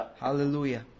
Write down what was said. Hallelujah